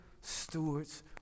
stewards